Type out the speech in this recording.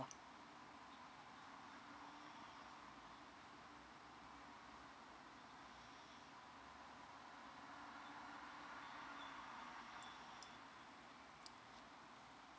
mm oh ah